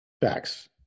Facts